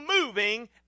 moving